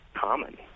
common